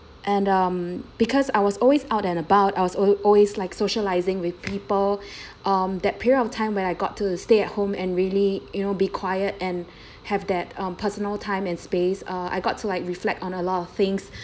and um because I was always out and about I was always like socializing with people um that period of time when I got to stay at home and really you know be quiet and have that um personal time and space uh I got to like reflect on a lot of things